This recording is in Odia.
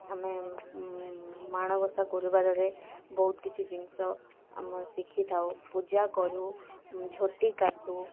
ଆମେ ମାଣବସା ଗୁରୁବାରରେ ବହୁତ କିଛି ଜିନିଷ ଆମେ ଶିଖିଥାଉ ପୂଜା କରୁ ଝୋଟି କାଟୁ